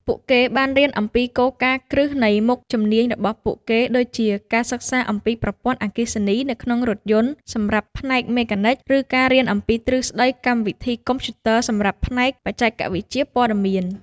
ពួកគេបានរៀនអំពីគោលការណ៍គ្រឹះនៃមុខជំនាញរបស់ពួកគេ ដូចជាការសិក្សាអំពីប្រព័ន្ធអគ្គិសនីនៅក្នុងរថយន្តសម្រាប់ផ្នែកមេកានិក ឬការរៀនអំពីទ្រឹស្តីកម្មវិធីកុំព្យូទ័រសម្រាប់ផ្នែកបច្ចេកវិទ្យាព័ត៌មាន។